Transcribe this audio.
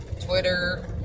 Twitter